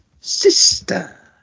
Sister